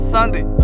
Sunday